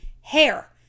Hair